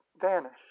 vanish